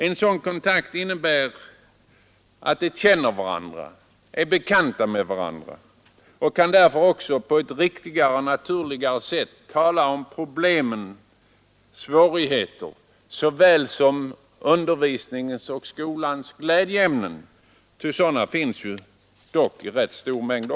En sådan kontakt innebär att de känner varandra, är bekanta med varandra och därför på ett riktigare och naturligare sätt kan tala om problem och svårigheter lika väl som om undervisningens och skolans glädjeämnen — sådana finns ju också i rätt stor mängd.